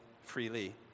freely